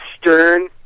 Stern